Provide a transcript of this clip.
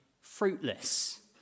fruitless